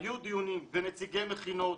היו דיונים ונציגי מכינות,